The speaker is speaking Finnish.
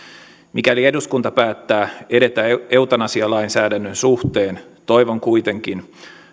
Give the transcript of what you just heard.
mikäli eduskunta päättää edetä eutanasialainsäädännön suhteen toivon kuitenkin